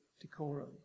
decorum